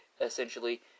essentially